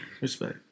Respect